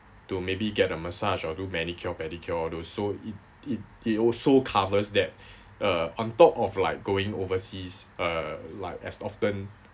to maybe get a massage or do manicure pedicure all those so it it it also covers that uh on top of like going overseas uh like as often